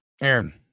Aaron